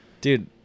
Dude